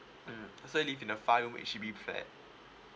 mm so you live in a five room H_D_B flat